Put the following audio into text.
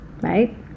right